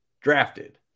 drafted